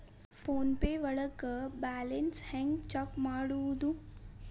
Phone pay ಒಳಗ balance ಹೆಂಗ್ check ಮಾಡುವುದು?